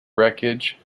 wreckage